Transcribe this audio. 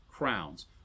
crowns